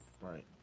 right